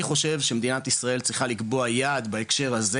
אני חושב שמדינת ישראל צריכה לקבוע יעד בהקשר הזה,